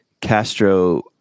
Castro